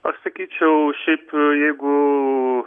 aš sakyčiau šiaip jeigu